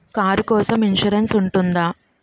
Car కోసం insurance ఉంటుందా?